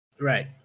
Right